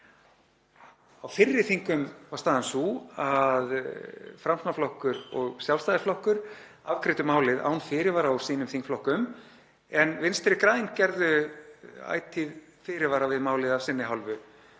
Á fyrri þingum var staðan sú að Framsóknarflokkur og Sjálfstæðisflokkur afgreiddu málið án fyrirvara úr sínum þingflokkum en Vinstri græn gerðu ætíð fyrirvara við málið af sinni hálfu